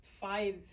five